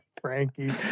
Frankie